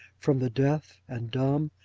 from the deaf, and dumb,